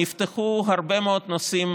נפתחו הרבה מאוד נושאים